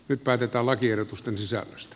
nyt päätetään lakiehdotusten sisällöstä